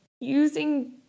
using